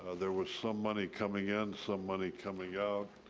ah there was some money coming in, some money coming out.